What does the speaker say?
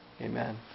Amen